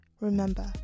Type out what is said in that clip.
remember